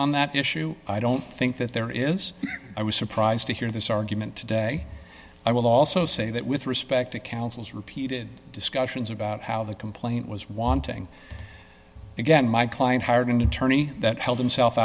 on that issue i don't think that there is i was surprised to hear this argument today i will also say that with respect to counsel's repeated discussions about how the complaint was wanting again my client hired an attorney that held himself